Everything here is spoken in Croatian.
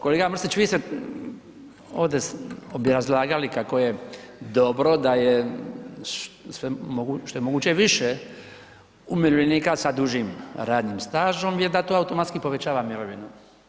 Kolega Mrsić vi ste ovdje obrazlagali kako je dobro da je što je moguće više umirovljenika sa dužim radnim stažom jer da to automatski povećava mirovinu.